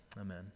amen